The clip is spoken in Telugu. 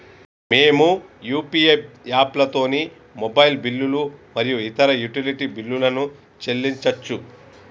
మేము యూ.పీ.ఐ యాప్లతోని మొబైల్ బిల్లులు మరియు ఇతర యుటిలిటీ బిల్లులను చెల్లించచ్చు